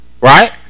Right